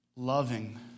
Loving